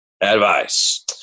advice